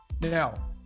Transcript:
Now